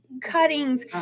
cuttings